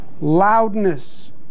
Loudness